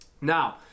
Now